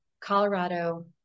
Colorado